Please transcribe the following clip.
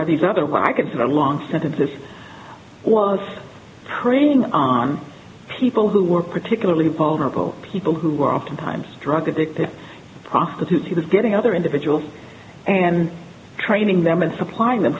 by these other markets in the long sentences was preying on people who were particularly vulnerable people who are oftentimes drug addicted prostitutes he was getting other individuals and training them and supplying them